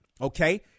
okay